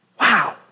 Wow